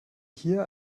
hier